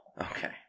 Okay